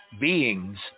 beings